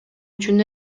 үчүн